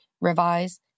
revise